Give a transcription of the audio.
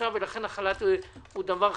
לכן החל"ת הוא דבר חשוב.